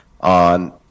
on